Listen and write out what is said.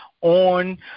on